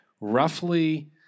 Roughly